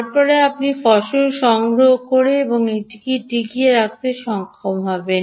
তারপরে আপনি ফসল সংগ্রহ করতে এবং এই টিকিয়ে রাখতে সক্ষম হবেন